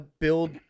build